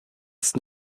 ist